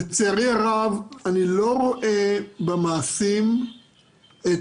לצערי הרב אני לא רואה במעשים את